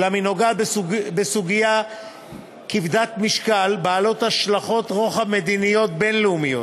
אולם היא נוגעת בסוגיה כבדת משקל בעלת השלכות רוחב מדיניות בין-לאומיות,